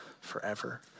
forever